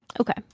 Okay